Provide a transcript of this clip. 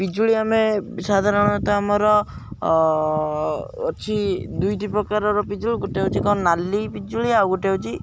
ପିଜୁଳି ଆମେ ସାଧାରଣତଃ ଆମର ଅଛି ଦୁଇଟି ପ୍ରକାରର ପିଜୁଳି ଗୋଟେ ହଉଛି କ'ଣ ନାଲି ପିଜୁଳି ଆଉ ଗୋଟେ ହଉଛି